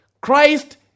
Christ